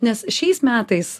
nes šiais metais